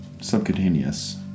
Subcutaneous